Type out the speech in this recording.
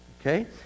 Okay